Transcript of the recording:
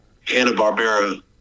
Hanna-Barbera